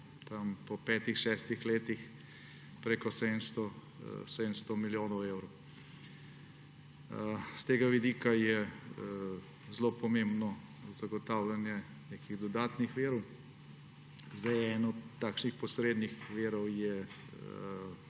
po petih, šestih letih pa preko 700 milijonov evrov. S tega vidika je zelo pomembno zagotavljanje nekih dodatnih virov. Eden takšnih posrednih virov je